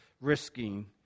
risking